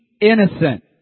innocent